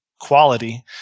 quality